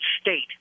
State